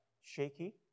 shaky